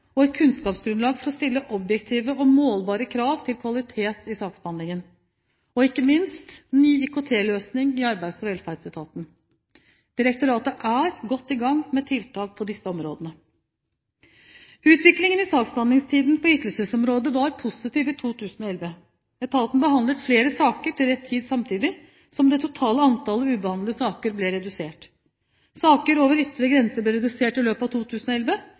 og et kunnskapsgrunnlag for å stille objektive og målbare krav til kvalitet i saksbehandlingen og ikke minst; ny IKT-løsning i Arbeids- og velferdsetaten Direktoratet er godt i gang med tiltak på disse områdene. Utviklingen i saksbehandlingstiden på ytelsesområdet var positiv i 2011. Etaten behandlet flere saker til rett tid, samtidig som det totale antallet ubehandlede saker ble redusert. Saker over ytre grense ble redusert i løpet av 2011.